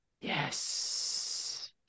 Yes